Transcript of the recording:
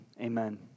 amen